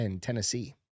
Tennessee